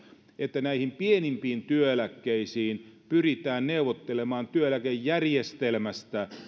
että näihin pienimpiin työeläkkeisiin pyritään neuvottelemaan työeläkejärjestelmästä